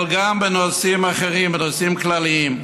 אבל גם בנושאים אחרים, בנושאים כלליים.